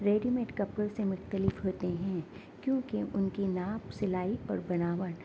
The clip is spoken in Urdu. ریڈی میڈ کپڑوں سے مختلف ہوتے ہیں کیونکہ ان کی ناپ سلائی اور بناوٹ